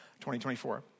2024